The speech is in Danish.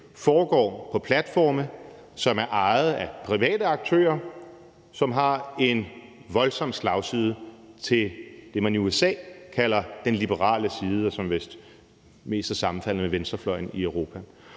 foregår på platforme, som er ejet af private aktører, som har en voldsom slagside til det, man i USA kalder den liberale side, og som vist mest er sammenfaldende med venstrefløjen i Europa,